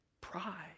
Pride